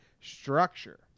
structure